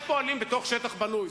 איך פועלים בתוך שטח בנוי?